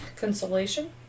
consolation